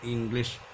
English